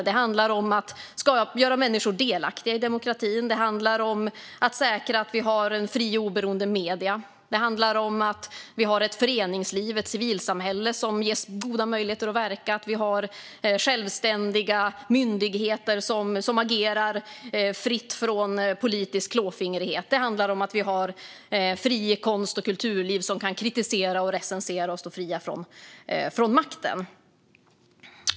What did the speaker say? Det handlar om att göra människor delaktiga i demokratin, och det handlar om att säkra att vi har fria och oberoende medier. Det handlar om att vi har ett föreningsliv och ett civilsamhälle som ges goda möjligheter att verka. Det handlar om att vi har självständiga myndigheter som agerar fritt från politisk klåfingrighet. Det handlar om att vi har ett fritt konst och kulturliv som kan kritisera och recensera och som står fria från makten.